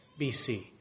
BC